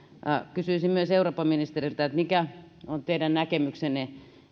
kysyisin eurooppaministeriltä myös mikä on näkemyksenne